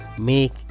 make